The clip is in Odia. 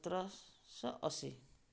ସତରଶହ ଅଶୀ